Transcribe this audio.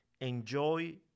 Enjoy